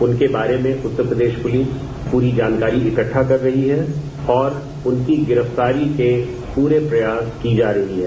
उनके बारे में उत्तर प्रदेश पुलिस पूरी जानकारी इक्द्वा कर रही है और उनकी गिरफ्तारी के पूरे प्रयास की जा रही है